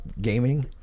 gaming